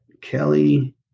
Kelly